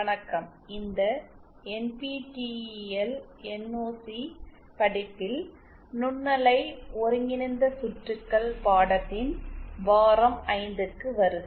வணக்கம் இந்த NPTEL NOC படிப்பில் நுண்ணலை ஒருங்கிணைந்த சுற்றுகள் பாடத்தின் வாரம் 5 க்கு வருக